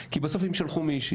כי אם בסוף הם שלחו מישהו